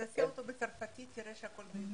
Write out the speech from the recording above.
תנסה בצרפתית ותראה שהכול בסדר.